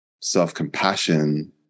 self-compassion